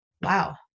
wow